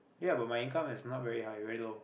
ya but my income is not very high very low